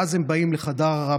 ואז הם באים לחדר המיון,